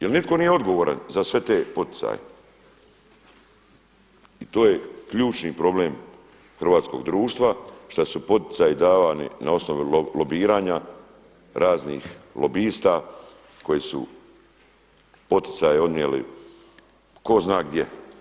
Jer nitko nije odgovoran za sve te poticaje i to je ključni problem hrvatskog društva šta su poticaji davani na osnovu lobiranja raznih lobista koji su poticaj odnijeli tko zna gdje.